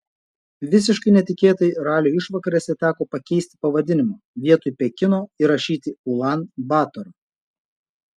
visiškai netikėtai ralio išvakarėse teko pakeisti pavadinimą vietoj pekino įrašyti ulan batorą